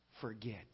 forget